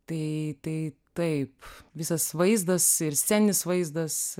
tai tai taip visas vaizdas ir sceninis vaizdas